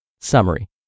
Summary